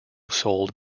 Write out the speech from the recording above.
sold